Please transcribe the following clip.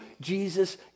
Jesus